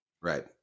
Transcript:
Right